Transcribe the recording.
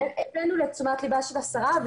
הבאנו לתשומת לבה של השרה,